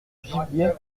gibier